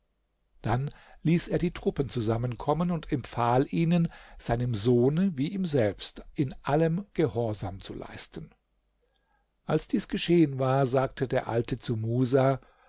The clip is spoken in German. dann ließ er die truppen zusammenkommen und empfahl ihnen seinem sohne wie ihm selbst in allem gehorsam zu leisten als dies geschehen war sagte der alte zu musa